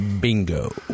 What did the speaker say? bingo